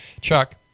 Chuck